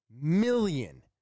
million